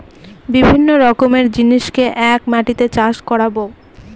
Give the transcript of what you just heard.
বিভিন্ন রকমের জিনিসকে এক মাটিতে চাষ করাবো